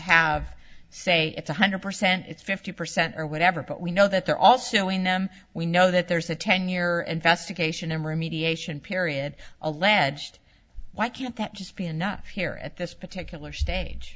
have say it's one hundred percent it's fifty percent or whatever but we know that they're also doing them we know that there's a ten year infestation in remediation period alleged why can't that just be enough here at this particular stage